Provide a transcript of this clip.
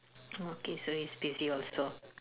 okay so he's busy also